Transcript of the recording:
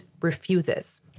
refuses